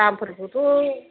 दामफोरखौथ'